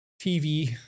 TV